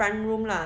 front room lah